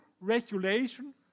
regulation